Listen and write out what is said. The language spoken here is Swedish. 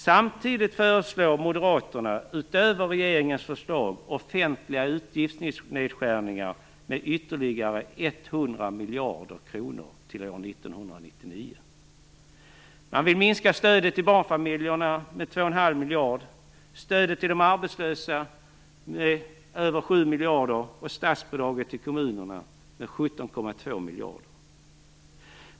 Samtidigt föreslår Moderaterna utöver regeringens förslag offentliga utgiftsnedskärningar med ytterligare 100 miljarder kronor till år 1999. Man vill minska stödet till barnfamiljerna med 2,5 miljard, stödet till de arbetslösa med över 7 miljarder och statsbidraget till kommunerna med 17,2 miljarder.